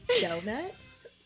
Donuts